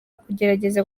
kugerageza